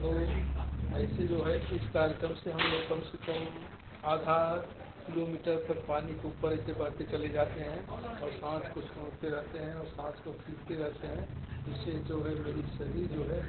तो ऐसे जो है इस कार्यक्रम से हम लोग कम से कम आधा किलोमीटर तक पानी के ऊपर ऐसे बहते चले जाते हैं और सांस को छोड़ते रहते हैं और सांस को खींचते रहते हैं इससे जो है मेरी शरीर जो है